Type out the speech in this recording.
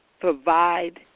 provide